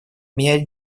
меня